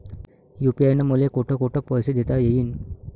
UPI न मले कोठ कोठ पैसे देता येईन?